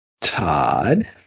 Todd